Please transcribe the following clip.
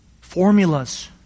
formulas